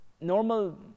normal